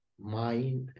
mind